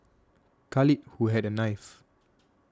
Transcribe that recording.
Khalid who had a knife